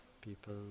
people